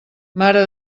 mare